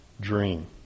dream